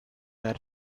are